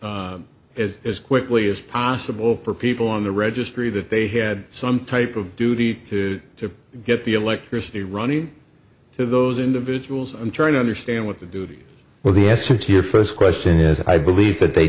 provide as quickly as possible for people on the registry that they had some type of duty to to get the electricity running through those individuals trying to understand what the dood well the answer to your first question is i believe that they